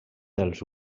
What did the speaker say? dels